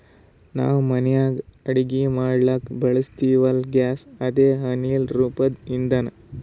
ನಾವ್ ಮನ್ಯಾಗ್ ಅಡಗಿ ಮಾಡ್ಲಕ್ಕ್ ಬಳಸ್ತೀವಲ್ಲ, ಗ್ಯಾಸ್ ಅದೇ ಅನಿಲ್ ರೂಪದ್ ಇಂಧನಾ